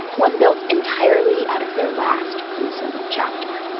one built entirely out of their last gruesome chapter